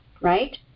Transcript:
right